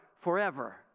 Forever